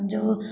ଯେଉଁ